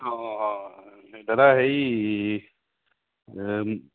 অঁ অঁ অঁ অঁ অঁ দাদা হেৰি